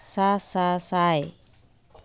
ᱥᱟᱥᱟᱥᱟᱭ